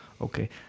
Okay